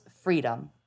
freedom